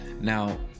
Now